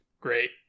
Great